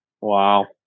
Wow